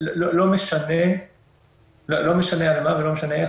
לא משנה על מה ולא משנה איך,